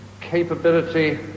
capability